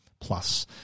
Plus